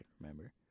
remember